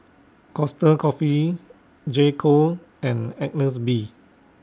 Costa Coffee J Co and Agnes B